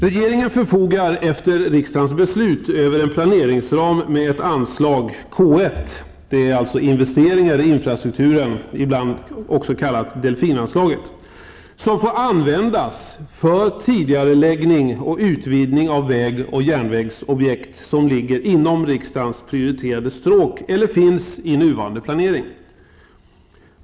Regeringen förfogar efter riksdagens beslut över en planeringsram med ett anslag, K I -- det är alltså investeringar i infrastrukturen, ibland också kallat delfinanslaget -- som får användas för tidigareläggning och utvidgning av väg och järnvägsobjekt som ligger inom riksdagens prioriterade stråk eller finns i nuvarande planering.